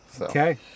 Okay